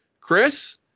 Chris